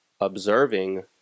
observing